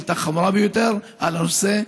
שאילתה חמורה ביותר על הנושא.